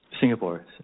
Singapore